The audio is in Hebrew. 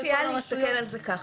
אני מציעה להסתכל על זה ככה,